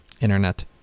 internet